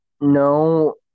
no